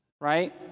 right